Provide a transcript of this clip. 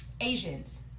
Asians